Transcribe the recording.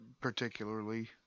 particularly